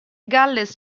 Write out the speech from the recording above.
galles